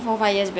mm